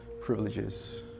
privileges